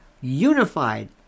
unified